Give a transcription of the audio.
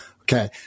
Okay